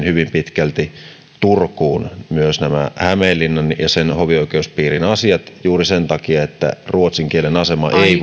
hyvin pitkälti kielellisin perustein turkuun myös hämeenlinnan ja sen hovioikeuspiirin asiat juuri sen takia että ruotsin kielen asema ei